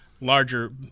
larger